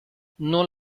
non